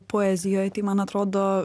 poezijoj tai man atrodo